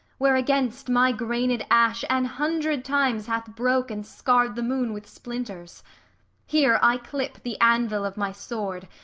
where against my grained ash an hundred times hath broke and scar'd the moon with splinters here i clip the anvil of my sword,